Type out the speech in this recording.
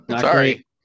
Sorry